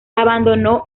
abandonó